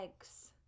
eggs